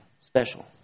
special